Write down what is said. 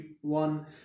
one